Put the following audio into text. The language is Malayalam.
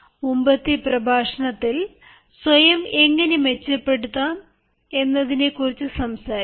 മുമ്പത്തെ പ്രഭാഷണത്തിൽ സ്വയം എങ്ങനെ മെച്ചപ്പെടുത്താം എന്നതിനെക്കുറിച്ച് സംസാരിച്ചു